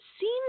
seems